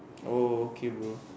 oh okay bro